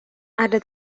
ada